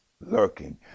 lurking